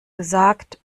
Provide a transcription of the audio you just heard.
gesagt